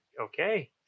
okay